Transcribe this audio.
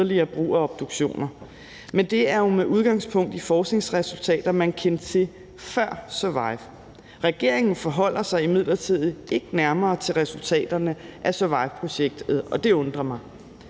yderligere brug af obduktioner. Men det er jo med udgangspunkt i forskningsresultater, som man kendte til før SURVIVE. Regeringen forholder sig imidlertid ikke nærmere til resultaterne af SURVIVE-projektet, og det undrer mig.